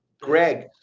Greg